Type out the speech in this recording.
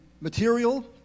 material